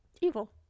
Evil